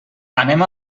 anem